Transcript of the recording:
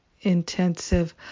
Intensive